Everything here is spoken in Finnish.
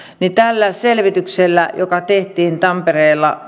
niin tällä selvityksellä joka tehtiin tampereella